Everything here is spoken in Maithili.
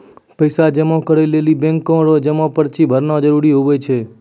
पैसा जमा करै लेली बैंक रो जमा पर्ची भरना जरूरी हुवै छै